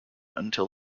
until